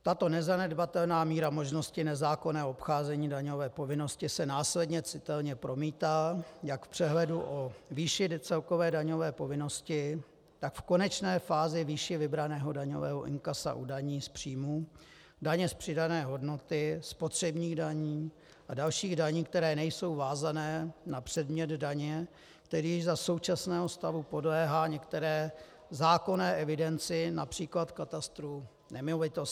Tato nezanedbatelná míra možnosti nezákonného obcházení daňové povinnosti se následně citelně promítá jak v přehledu o výši celkové daňové povinnosti, tak v konečné fázi výši vybraného daňového inkasa u daní z příjmů, daně z přidané hodnoty, spotřebních daní a dalších daní, které nejsou vázány na předmět daně, který již za současného stavu podléhá některé zákonné evidenci, například katastru nemovitostí.